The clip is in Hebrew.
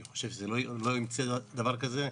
אני חושב שלא יימצא דבר כזה.